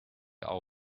are